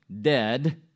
dead